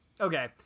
Okay